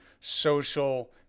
social